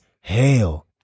hell